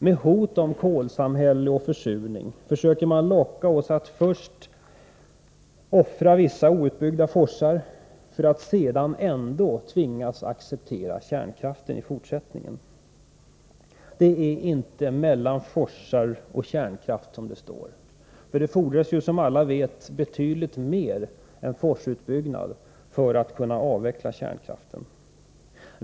Med hot om kolsamhälle och försurning försöker de locka oss att först offra vissa cutbyggda forsar för att sedan ändå tvingas acceptera kärnkraften. Det är inte mellan forsar och kärnkraft valet står. Det fordras som alla vet betydligt mer än forsutbyggnad för att kunna avveckla kärnkraften.